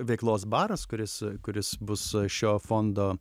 veiklos baras kuris kuris bus šio fondo